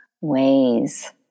ways